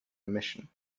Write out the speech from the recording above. omission